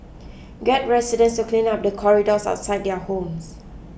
get residents to clean up the corridors outside their homes